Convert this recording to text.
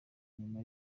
nyuma